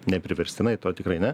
nepriverstinai to tikrai ne